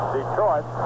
Detroit